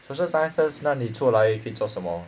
social sciences 那你出来可以做什么